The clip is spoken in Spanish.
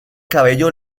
cabello